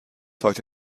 heute